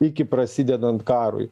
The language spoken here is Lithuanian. iki prasidedant karui